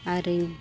ᱟᱨ ᱤᱧ